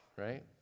right